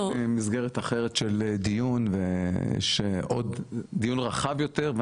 ממסגרת אחרת של דיון רחב יותר,